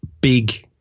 big